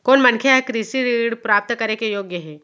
कोन मनखे ह कृषि ऋण प्राप्त करे के योग्य हे?